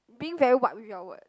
being very what you are what